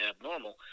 abnormal